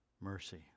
mercy